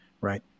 Right